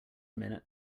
minute